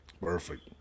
perfect